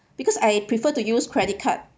because I prefer to use credit card